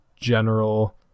general